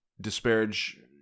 disparage